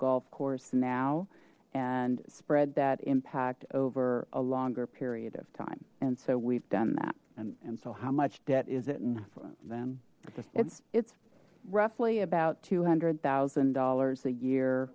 course now and spread that impact over a longer period of time and so we've done that and and so how much debt is it then it's it's roughly about two hundred thousand dollars a year